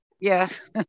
Yes